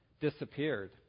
disappeared